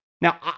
Now